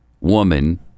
woman